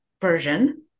version